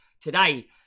today